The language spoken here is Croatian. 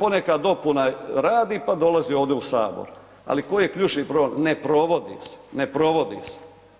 poneka dopuna radi pa dolazi ovde u sabor, ali koji je ključni problem, ne provodi se, ne provodi se.